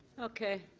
okay.